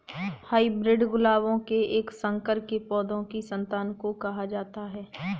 hybrid गुलाबों के एक संकर के पौधों की संतान को कहा जाता है